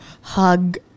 hug